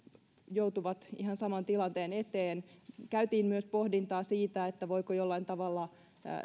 joutuvat ihan saman tilanteen eteen käytiin myös pohdintaa siitä voiko jollain tavalla